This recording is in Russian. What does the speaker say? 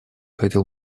хотел